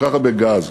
כל כך הרבה גז,